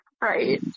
Right